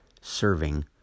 serving